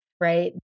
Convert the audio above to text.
right